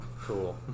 Cool